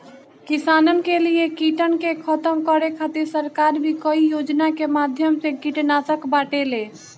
किसानन के लिए कीटन के खतम करे खातिर सरकार भी कई योजना के माध्यम से कीटनाशक बांटेले